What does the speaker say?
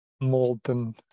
molten